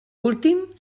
últim